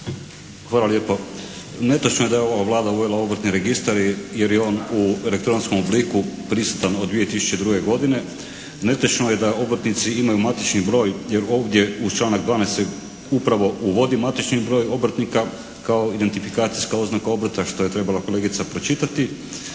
Hvala lijepo. Netočno je da je ova Vlada uvela Obrtni registar jer je on u elektronskom obliku prisutan od 2002. godine. Netočno je da obrtnici imaju matični broj, jer ovdje uz članak 12. se upravo uvodi matični broj obrtnika kao identifikacijska oznaka obrta što je trebala kolegica pročitati.